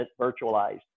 virtualized